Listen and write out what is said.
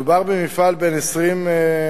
מדובר במפעל בן 20 שנה,